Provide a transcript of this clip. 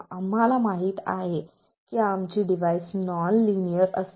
आम्हाला माहित आहे की आमची डिव्हाइस नॉन लिनियर असतात